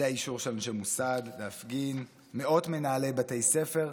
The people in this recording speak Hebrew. אישור לאנשי מוסד להפגין, מאות מנהלי בתי ספר: